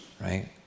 right